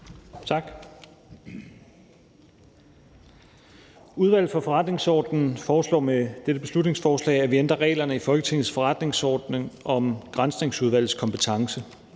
Tak. Udvalget for Forretningsordenen foreslår med dette beslutningsforslag, at vi ændrer reglerne i Folketingets forretningsorden om Granskningsudvalgets kompetence.